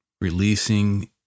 releasing